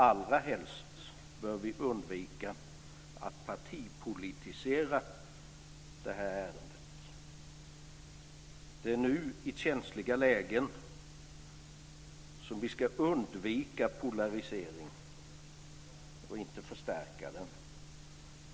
Allra helst bör vi undvika att partipolitisera ärendet. Det är nu, i känsliga lägen, som vi ska undvika polariseringen och inte förstärka den.